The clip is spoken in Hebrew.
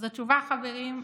חברים,